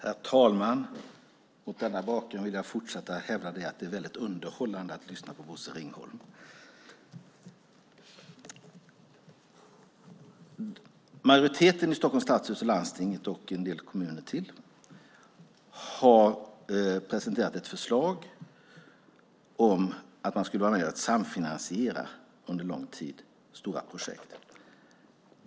Herr talman! Mot denna bakgrund vill jag fortsätta hävda att det är mycket underhållande att lyssna på Bosse Ringholm. Majoriteterna i Stockholms stadshus, i landstinget och i en del andra kommuner har presenterat ett förslag om att man skulle vara med och samfinansiera stora projekt under lång tid.